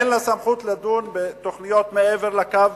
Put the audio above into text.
אין לה סמכות לדון בתוכניות מעבר לקו,